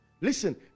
Listen